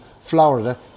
Florida